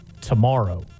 tomorrow